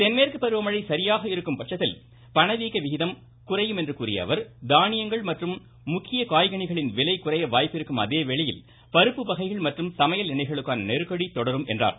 தென்மேற்கு பருவமழை சராசரியாக இருக்கும் பட்சத்தில் பணவீக்க விகிதம் குறையும் என்று கூறிய அவர் தானியங்கள் மற்றும் முக்கிய காய் கனிகளின் விலை குறைய வாய்ப்பிருக்கும் அதே வேளையில் பருப்பு வகைகள் மற்றும் சமையல் எண்ணெய்களுக்கான நெருக்கடி தொடரும் என்றார்